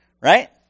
Right